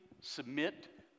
submit